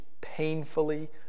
painfully